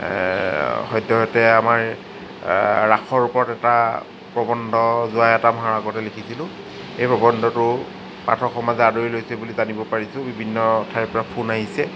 সদ্যহতে আমাৰ ৰাসৰ ওপৰতে এটা প্ৰবন্ধ যোৱা এটা মাহৰ আগতে লিখিছিলোঁ এই প্ৰবন্ধটো পাঠকসমাজে আদৰি লৈছে বুলি জানিব পাৰিছোঁ বিভিন্ন ঠাইৰপৰা ফোন আহিছে